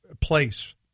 place